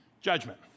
judgment